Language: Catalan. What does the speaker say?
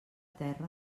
terra